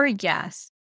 yes